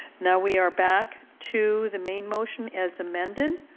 now we are back to the main motion as amended.